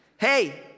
Hey